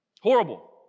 Horrible